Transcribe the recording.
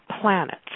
planets –